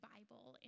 Bible